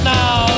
now